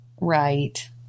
right